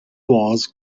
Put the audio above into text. was